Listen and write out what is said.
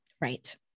Right